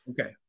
Okay